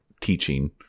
teaching